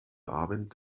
abend